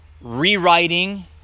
rewriting